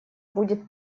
будет